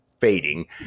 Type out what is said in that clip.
fading